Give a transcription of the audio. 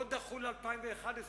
לא דחו ל-2011.